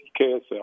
KSL